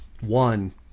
One